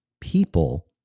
people